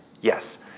Yes